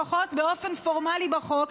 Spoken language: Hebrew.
לפחות באופן פורמלי בחוק,